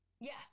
Yes